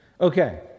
Okay